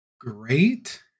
great